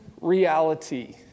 reality